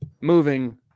Moving